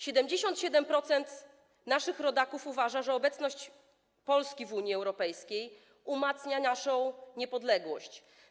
77% naszych rodaków uważa, że obecność Polski w Unii Europejskiej umacnia naszą niepodległość.